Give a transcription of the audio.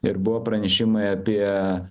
ir buvo pranešimai apie